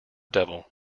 devil